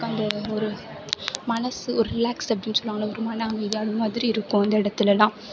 நம்ம ஒரு மனசு ரிலாக்ஸ்ன்னு சொல்லுவாங்கள்ல ஒரு மன அமைதி அந்த மாதிரி இருக்கும் அந்த இடத்துலுலாம்